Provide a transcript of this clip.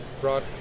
brought